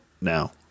now